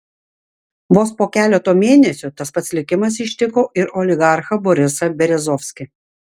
vos po keleto mėnesių tas pats likimas ištiko ir oligarchą borisą berezovskį